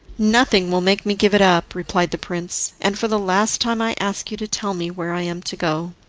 nothing will make me give it up, replied the prince, and for the last time i ask you to tell me where i am to go.